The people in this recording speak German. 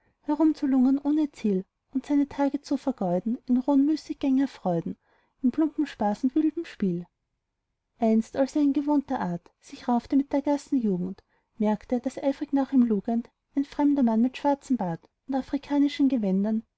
herumzulungern ohne ziel und seine tage zu vergeuden in rohen müßiggängerfreuden in plumpem spaß und wildem spiel einst als er in gewohnter art sich raufte mit der gassenjugend merkt er daß eifrig nach ihm lugend ein fremder mann mit schwarzem bart und afrikanischen gewändern